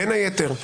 בין היתר,